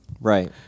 Right